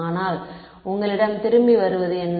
ஆனால் உங்களிடம் திரும்பி வருவது என்ன